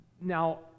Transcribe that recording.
Now